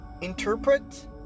interpret